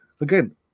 again